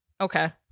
Okay